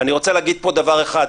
אני רוצה להגיד פה דבר אחד.